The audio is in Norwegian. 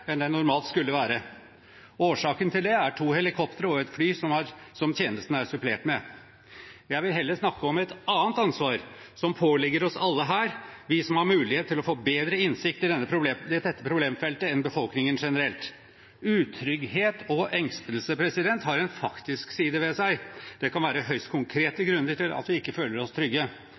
enn det den normalt skulle være. Årsaken til det er to helikoptre og et fly som tjenesten er supplert med. Jeg vil heller snakke om et annet ansvar som påligger oss alle her, vi som har mulighet til å få bedre innsikt i dette problemfeltet enn befolkningen generelt. Utrygghet og engstelse har en faktisk side ved seg. Det kan være høyst konkrete grunner til at vi ikke føler oss trygge.